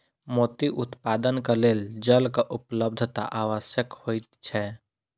मोती उत्पादनक लेल जलक उपलब्धता आवश्यक होइत छै